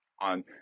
on